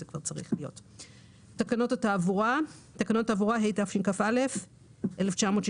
"תקנות התעבורה" תקנות התעבורה, התשכ"א-1961.